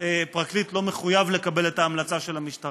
שום פרקליט לא מחויב לקבל את ההמלצה של המשטרה,